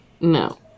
No